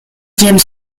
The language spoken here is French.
james